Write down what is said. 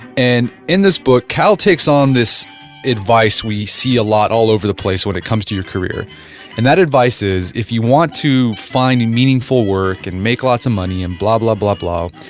and in this book cal takes on this advice we see a lot all over the place when it comes to your career and that advice is, if you want to find a meaningful work and make lots of money and blah, blah, blah, blah,